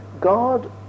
God